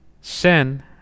Sin